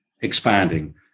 expanding